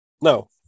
No